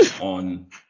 on